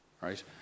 right